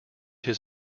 his